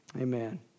Amen